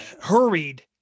hurried